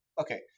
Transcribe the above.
Okay